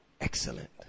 excellent